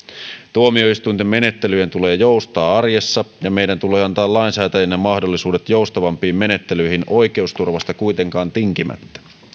tuomioistuinten menettelyjen tulee joustaa arjessa ja meidän tulee antaa lainsäätäjinä mahdollisuudet joustavampiin menettelyihin oikeusturvasta kuitenkaan tinkimättä